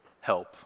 Help